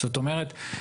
זאת אומרת,